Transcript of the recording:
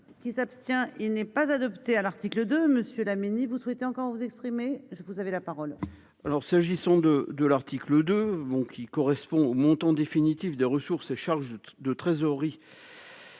Qui s'abstient, il n'est pas adopté à l'article de Monsieur la mini-vous souhaitez encore vous exprimer, je vous avez la parole. Alors s'agissant de de l'article de bons qui correspond au montant définitif de ressources et Charles de trésorerie